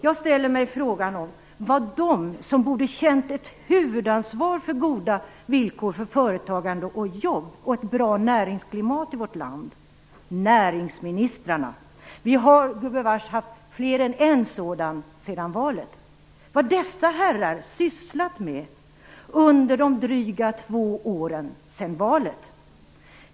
Jag ställer mig frågan vad dessa herrar som bort känna ett huvudansvar för goda villkor för företagande och jobb och ett bra näringsklimat i vårt land, dvs. näringsministrarna - vi har gubevars haft mer än en sådan sedan valet - har sysslat med under de drygt två åren sedan valet.